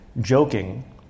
joking